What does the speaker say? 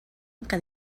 que